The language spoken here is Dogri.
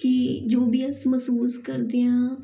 फ्ही जो बी अस महसूस करदेआं